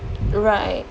right